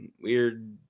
weird